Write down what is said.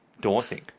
daunting